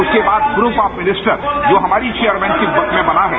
उसके बाद group of minister जो हमारी चेयरमैन के पक्ष में बना है